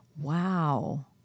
wow